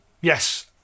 yes